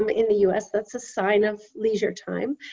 um in the us that's a sign of leisure time.